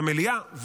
במליאה,